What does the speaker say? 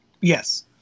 Yes